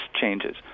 changes